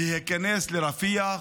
להיכנס לרפיח?